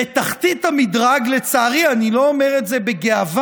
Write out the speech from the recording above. בתחתית המדרג, לצערי, אני לא אומר את זה בגאווה,